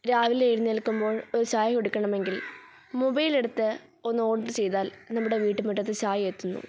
രാവിലെ എഴുന്നേൽക്കുമ്പോൾ ഒരു ചായ കുടിക്കണമെങ്കിൽ മൊബൈലെടുത്ത് ഒന്ന് ഓർഡർ ചെയ്താൽ നമ്മുടെ വീട്ടുമുറ്റത്ത് ചായ എത്തുന്നു